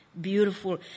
beautiful